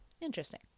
Interesting